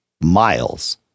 Miles